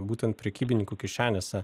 būtent prekybininkų kišenėse